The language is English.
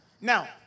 Now